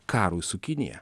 karui su kinija